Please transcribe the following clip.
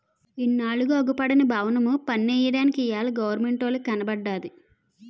ఇన్నాళ్లుగా అగుపడని బవనము పన్నెయ్యడానికి ఇయ్యాల గవరమెంటోలికి కనబడ్డాది